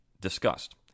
discussed